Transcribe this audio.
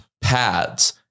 pads